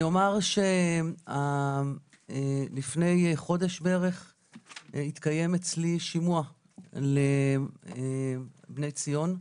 אני אומר שלפני חודש בערך התקיים אצלי שימוע ל- "בני ציון".